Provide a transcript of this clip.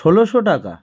ষোলোশো টাকা